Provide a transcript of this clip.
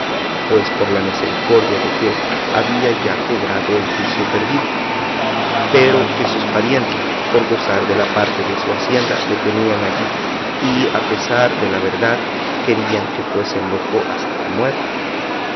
pues por la misericordia de dios había ya cobrado el juicio perdido pero que sus parientes por gozar de la parte de su hacienda le tenían allí y a pesar de la verdad querían que fuese loco hasta la muerte